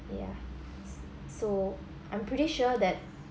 ya s~ so I'm pretty sure that